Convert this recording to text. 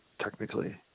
technically